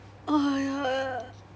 oh my god